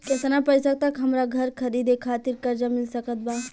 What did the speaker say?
केतना पईसा तक हमरा घर खरीदे खातिर कर्जा मिल सकत बा?